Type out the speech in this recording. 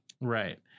Right